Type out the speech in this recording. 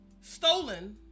stolen